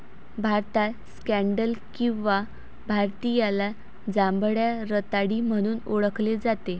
भारतात स्कँडल किंवा भारतीयाला जांभळ्या रताळी म्हणून ओळखले जाते